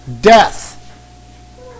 death